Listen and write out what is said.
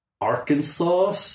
Arkansas